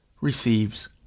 RECEIVES